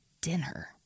dinner